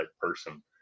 person